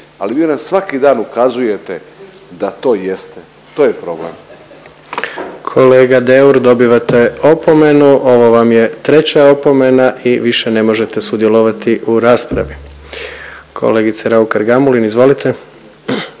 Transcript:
ali vi nam svaki dan ukazujete da to jeste. To je problem. **Jandroković, Gordan (HDZ)** Kolega Deur dobivate opomenu. Ovo vam je treća opomena i više ne možete sudjelovati u raspravi. Kolegice Raukar-Gamulin, izvolite.